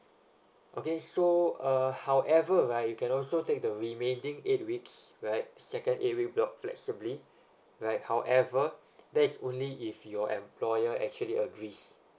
okay so uh however right you can also take the remaining eight weeks right second eight week block flexibly right however that is only if your employer actually agrees